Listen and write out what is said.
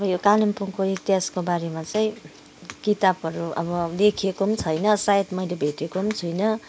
अब यो कालिम्पोङको इतिहासको बारेमा चाहिँ किताबहरू अब लेखिएको पनि छैन सायद मैले भेटेको पनि छुइनँ